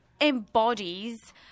embodies